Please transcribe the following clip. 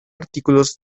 artículos